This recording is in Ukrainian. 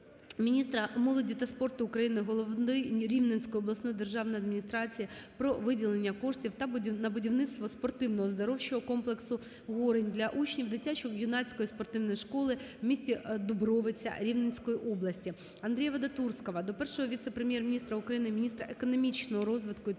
міністра молоді та спорту України, голови Рівненської обласної державної адміністрації про виділення коштів на будівництво спортивно-оздоровчого комплексу "Горинь" для учнів дитячо-юнацької спортивної школи в місті Дубровиця Рівненської області. Андрія Вадатурського до Першого віце-прем'єр-міністра України - міністра економічного розвитку і торгівлі